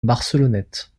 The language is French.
barcelonnette